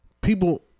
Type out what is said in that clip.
People